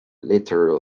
literal